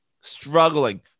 struggling